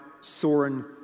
Soren